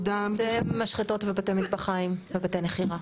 זה משחטות ובתי מטבחיים ובתי מכירה.